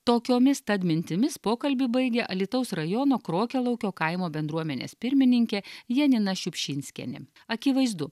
tokiomis tad mintimis pokalbį baigia alytaus rajono krokialaukio kaimo bendruomenės pirmininkė janina šiupšinskienė akivaizdu